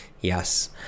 Yes